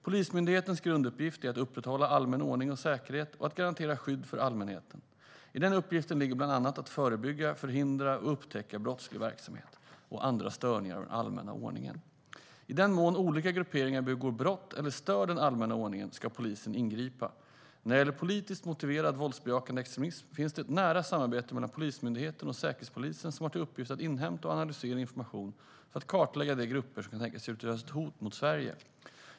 Polismyndighetens grunduppgift är att upprätthålla allmän ordning och säkerhet och att garantera skydd för allmänheten. I den uppgiften ligger bland annat att förebygga, förhindra och upptäcka brottslig verksamhet och andra störningar av den allmänna ordningen. I den mån olika grupperingar begår brott eller stör den allmänna ordningen ska polisen ingripa. När det gäller politiskt motiverad våldsbejakande extremism finns det ett nära samarbete mellan Polismyndigheten och Säkerhetspolisen, som har till uppgift att inhämta och analysera information för att kartlägga de grupper som kan tänkas utgöra ett hot mot Sverige.